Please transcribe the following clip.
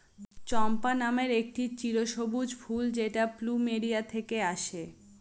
চম্পা নামের একটি চিরসবুজ ফুল যেটা প্লুমেরিয়া থেকে আসে